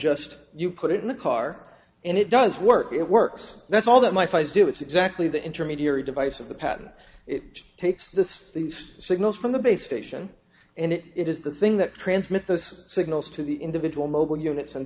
just you put it in the car and it does work it works that's all that my face do it's exactly the intermediary device of the patent it takes this these signals from the base station and it is the thing that transmits those signals to the individual mobile units and